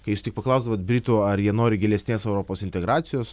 kai jūs tik paklausdavot britų ar jie nori gilesnės europos integracijos